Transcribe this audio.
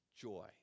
joy